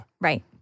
right